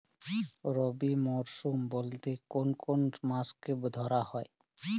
রবি মরশুম বলতে কোন কোন মাসকে ধরা হয়?